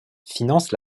finance